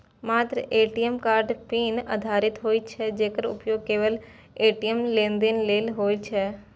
मात्र ATM card pin आधारित होइ छै, जेकर उपयोग केवल ए.टी.एम लेनदेन लेल होइ छै